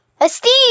Esteem